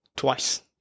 Twice